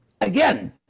again